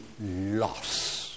loss